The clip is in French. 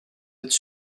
êtes